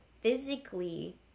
physically